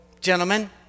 gentlemen